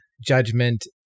judgment